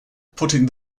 putting